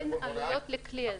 אין עלויות לכלי הזה.